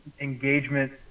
Engagement